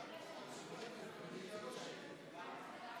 סגן